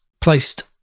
placed